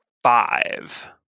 Five